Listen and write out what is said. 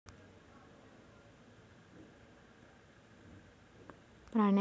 प्राण्यांच्या शेणाचे खत सेंद्रिय खत म्हणून ओळखले जाते